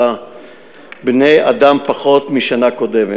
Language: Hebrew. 99 בני-אדם פחות מהשנה הקודמת,